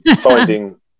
finding